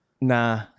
Nah